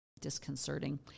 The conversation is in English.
disconcerting